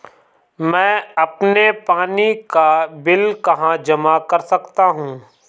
मैं अपने पानी का बिल कहाँ जमा कर सकता हूँ?